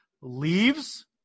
leaves